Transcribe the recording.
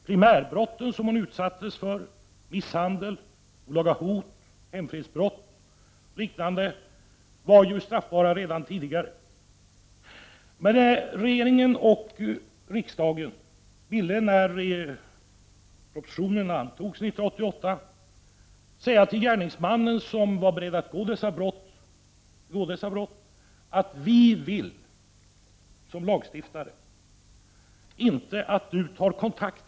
Primärbrotten som hon utsattes för — misshandel, olaga hot, hemfridsbrott och liknande — var ju straffbara redan tidigare. När propositionen antogs 1988 ville regering och riksdag göra klart för den person som var beredd att begå dessa brott, att vi som lagstiftare inte tillät att han ens tog kontakt.